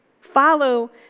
Follow